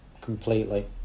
completely